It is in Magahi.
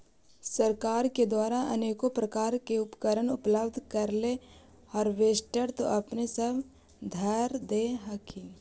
सरकार के द्वारा अनेको प्रकार उपकरण उपलब्ध करिले हारबेसटर तो अपने सब धरदे हखिन?